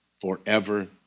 forever